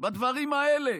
בדברים האלה,